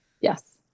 Yes